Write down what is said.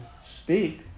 Speak